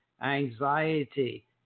anxiety